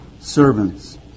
servants